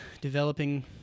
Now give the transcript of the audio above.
developing